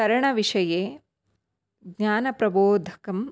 तरणविषये ज्ञानप्रबोधकं